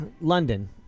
London